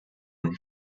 and